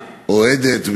אוהדת,